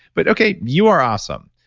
but, okay, you are awesome,